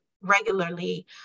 regularly